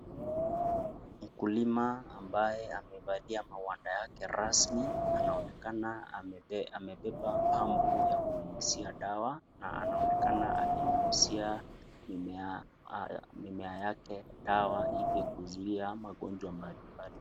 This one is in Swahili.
Mkulima ambaye amevalia magwanda yake rasmi anaonekana amebeba pampu ya kunyunyuzia dawa na anaonekana akinyunyuzia dawa mimea yake ili kuzuia magonjwa mbalimbali.